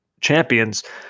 champions